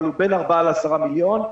הוא בין 4 10 מיליון שקל,